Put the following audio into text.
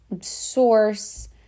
source